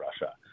Russia